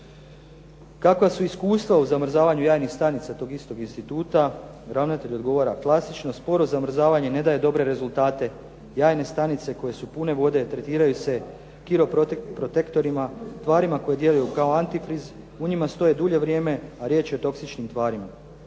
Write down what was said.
Kakva su iskustva u zamrzavanju jajnih stanica tog istog instituta ravnatelj odgovara klasično sporo zamrzavanje ne daje dobre rezultate, jajne stanice koje su pune vode tretiraju se koriprotektorima, tvarima koje djeluju kao antifriz, u njima stoje dulje vrijeme a riječ je o toksičnim tvarima.